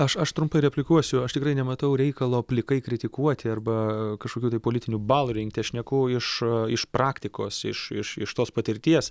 aš aš trumpai replikuosiu aš tikrai nematau reikalo plikai kritikuoti arba kažkokių politinių balų rinkti aš šneku iš iš praktikos iš iš iš tos patirties